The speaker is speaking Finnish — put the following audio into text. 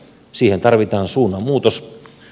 siihen tarvitaan suunnanmuutos